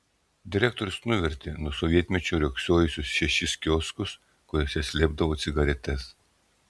direktorius nuvertė nuo sovietmečio riogsojusius šešis kioskus kuriuose slėpdavo cigaretes